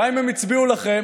גם אם הם הצביעו לכם,